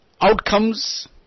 outcomes